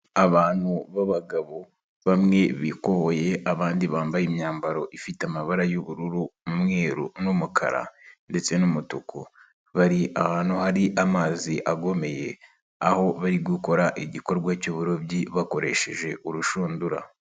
Abantu b'abagabo bamwe bikohoye, abandi bambaye imyambaro ifite amabara y'ubururu, umweru n'umukara ndetse n'umutuku. Bari ahantu hari amazi agomeye, aho bari gukora igikorwa cy'uburobyi bakoresheje urushundura.